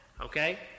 Okay